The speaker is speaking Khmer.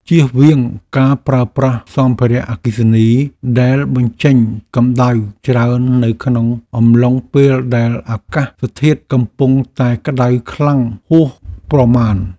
ជៀសវាងការប្រើប្រាស់សម្ភារៈអគ្គិសនីដែលបញ្ចេញកម្តៅច្រើននៅក្នុងអំឡុងពេលដែលអាកាសធាតុកំពុងតែក្តៅខ្លាំងហួសប្រមាណ។